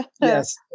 Yes